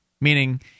Meaning